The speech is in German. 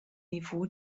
niveau